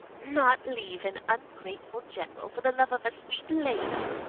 not leave an ungrateful general for the love of a sweet lady!